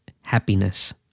happiness